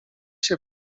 się